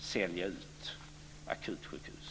sälja ut akutsjukhus.